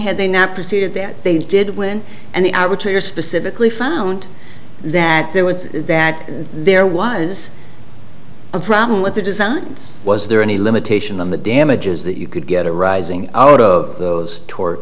had they not proceeded that they did win and the outer your specifically found that there was that there was the problem with the designs was there any limitation on the damages that you could get arising out of those tort